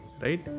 right